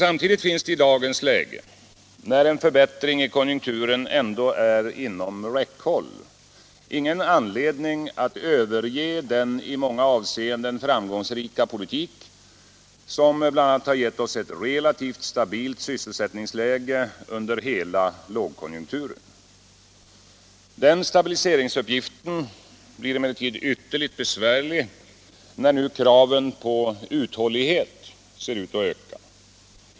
Samtidigt finns det i dagens läge — när en förbättring i konjunkturen ändå är inom räckhåll —- ingen anledning att överge den i många avseenden framgångsrika politik som bl.a. gett oss ett relativt stabilt sysselsättningsläge under hela lågkonjunkturen. Den stabiliseringsuppgiften blir emellertid ytterligt besvärlig, när nu kraven på uthållighet ser ut att öka.